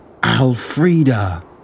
Alfreda